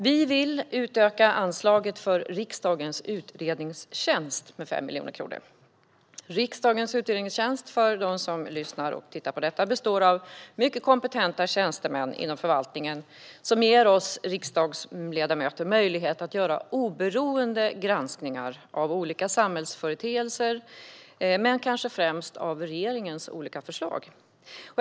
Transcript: Vi vill utöka anslaget för riksdagens utredningstjänst med 5 miljoner kronor. För dem som lyssnar och tittar kan jag säga att riksdagens utredningstjänst består av mycket kompetenta tjänstemän inom förvaltningen som ger oss riksdagsledamöter möjlighet att göra oberoende granskningar av olika samhällsföreteelser men kanske främst av regeringens olika förslag.